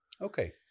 Okay